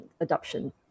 adoption